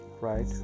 right